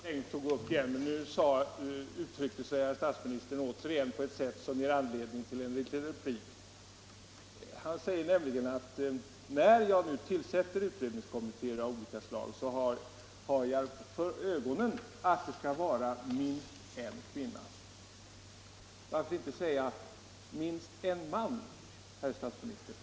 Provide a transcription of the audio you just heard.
Herr talman! Jag hade inte tänkt begära ordet igen, men nu uttryckte sig statsministern återigen på ett sätt som ger anledning till en liten replik. Han sade nämligen att han, när han tillsätter utredningskommittéer av olika slag, har för ögonen att det skall vara minst en kvinna med. Varför inte inbegripen i detta ”minst en man”, herr statsminister?